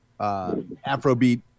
Afrobeat